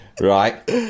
right